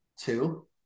two